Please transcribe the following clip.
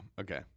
okay